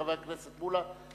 חבר הכנסת מולה,